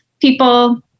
people